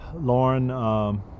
Lauren